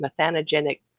methanogenic